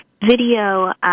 video